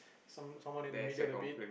some~ someone in the middle a bit